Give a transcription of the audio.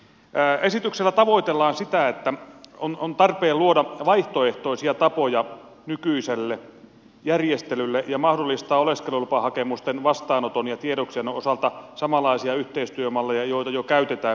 esityksellä tavoitellaan sitä että on tarpeen luoda vaihtoehtoisia tapoja nykyiselle järjestelylle ja mahdollistaa oleskelulupahakemusten vastaanoton ja tiedoksiannon osalta samanlaisia yhteistyömalleja joita jo käytetään viisumihakemusten osalta